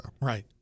Right